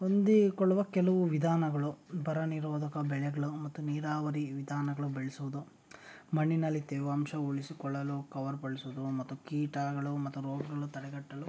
ಹೊಂದಿಕೊಳ್ಳುವ ಕೆಲವು ವಿಧಾನಗಳು ಬರ ನಿರೋಧಕ ಬೆಳೆಗಳು ಮತ್ತು ನೀರಾವರಿ ವಿಧಾನಗಳು ಬೆಳೆಸೋದು ಮಣ್ಣಿನಲ್ಲಿ ತೇವಾಂಶ ಉಳಿಸಿಕೊಳ್ಳಲು ಕವರ್ ಬಳಸೋದು ಮತ್ತು ಕೀಟಗಳು ಮತ್ತು ರೋಗಗಳು ತಡೆಗಟ್ಟಲು